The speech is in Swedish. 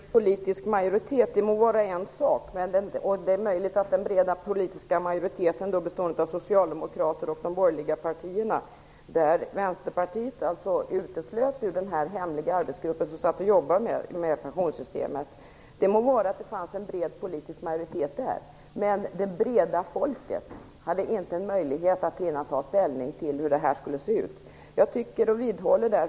Herr talman! Att det var en bred politisk majoritet må vara en sak, och det är möjligt att den breda politiska majoriteten bestod av socialdemokrater och de borgerliga partierna. Vänsterpartiet uteslöts ur den hemliga arbetsgrupp som jobbade med pensionssystemet. Det må vara att det fanns en bred politisk majoritet där. Men folkets breda lager hade inte en möjlighet att hinna ta ställning till hur det här skulle se ut.